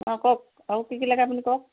অঁ কওক আৰু কি কি লাগে আপুনি কওক